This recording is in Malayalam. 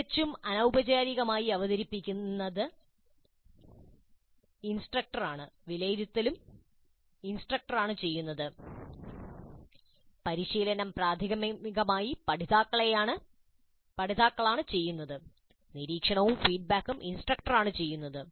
തികച്ചും അനഔപചാരികമായി അവതരിപ്പിക്കുന്നത് ഇൻസ്ട്രക്ടർ ആണ് വിലയിരുത്തലും ഇൻസ്ട്രക്ടറാണ് ചെയ്യുന്നത് പരിശീലനം പ്രാഥമികമായി പഠിതാക്കളാണ് ചെയ്യുന്നത് നിരീക്ഷണവും ഫീഡ്ബാക്കും ഇൻസ്ട്രക്ടറാണ് ചെയ്യുന്നത്